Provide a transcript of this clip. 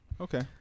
Okay